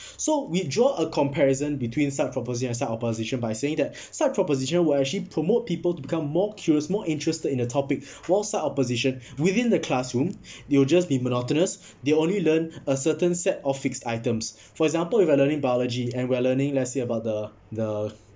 so we draw a comparison between side proposition and side opposition by saying that side proposition will actually promote people to become more curious more interested in the topic while side opposition within the classroom they will just be monotonous they only learn a certain set of fixed items for example if we're learning biology and we're learning let's say about the the